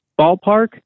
ballpark